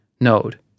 node